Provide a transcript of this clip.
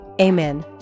Amen